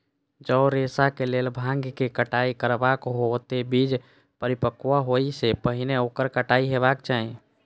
जौं रेशाक लेल भांगक कटाइ करबाक हो, ते बीज परिपक्व होइ सं पहिने ओकर कटाइ हेबाक चाही